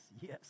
yes